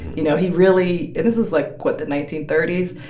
you know, he really and this is, like what? the nineteen thirty s.